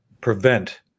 prevent